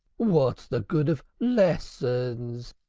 what's the good of lessons?